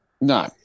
No